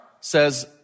says